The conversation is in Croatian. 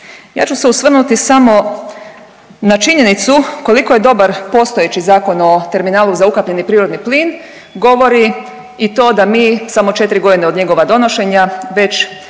Ja ću se osvrnuti samo na činjenicu koliko je dobar postojeći Zakon o terminalu za ukapljeni prirodni plin govori i to da mi samo četri godine od njegova donošenje već